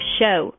show